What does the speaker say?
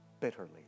bitterly